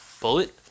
bullet